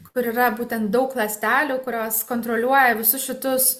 kur yra būtent daug ląstelių kurios kontroliuoja visus šitus